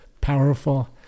powerful